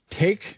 take